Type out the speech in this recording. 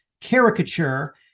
caricature